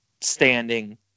standing